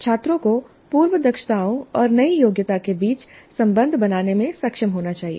छात्रों को पूर्व दक्षताओं और नई योग्यता के बीच संबंध बनाने में सक्षम होना चाहिए